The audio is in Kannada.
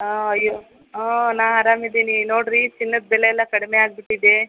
ಹಾಂ ಹಾಂ ನಾ ಆರಾಮಿದ್ದೀನಿ ನೋಡಿರಿ ಚಿನ್ನದ ಬೆಲೆ ಎಲ್ಲ ಕಡಿಮೆ ಆಗಿಬಿಟ್ಟಿದೆ